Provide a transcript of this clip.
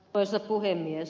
arvoisa puhemies